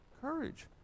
courage